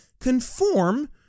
Conform